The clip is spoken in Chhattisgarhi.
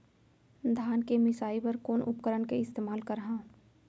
धान के मिसाई बर कोन उपकरण के इस्तेमाल करहव?